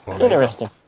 interesting